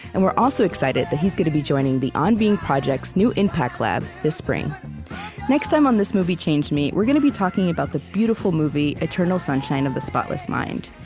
and we're also excited that he's going to be joining the on being project's new impact lab this spring next time, on this movie changed me, we're going to be talking about the beautiful movie eternal sunshine of the spotless mind.